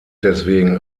deswegen